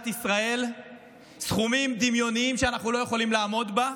ישראל סכומים דמיוניים שאנחנו לא יכולים לעמוד בהם.